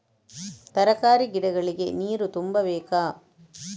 ತರಕಾರಿ ಗಿಡಗಳಿಗೆ ನೀರು ತುಂಬಬೇಕಾ?